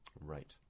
Right